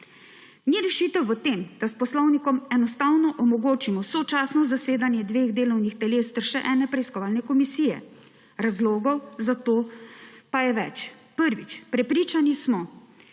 Ni rešitev v tem, da s poslovnikom enostavno omogočimo sočasno zasedanje dveh delovnih teles ter še ene preiskovalne komisije. Razlogov za to pa je več. Prvič, prepričani smo,